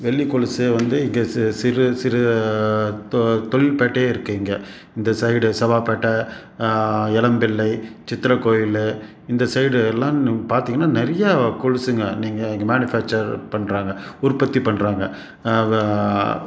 வெள்ளி கொலுசு வந்து இங்கே சி சிறு சிறு தொ தொழில் பேட்டையே இருக்கு இங்கே இந்த சைடு செவ்வாய் பேட்டை இளம்பிள்ளை சித்திரை கோயில் இந்த சைடு எல்லாம் நீங்க பார்த்திங்கன்னா நிறையா கொலுசுங்க நீங்கள் இங்கே மேனுஃபேக்சர் பண்ணுறாங்க உற்பத்தி பண்ணுறாங்க